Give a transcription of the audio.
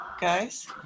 guys